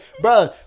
Bro